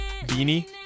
beanie